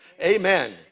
Amen